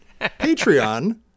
Patreon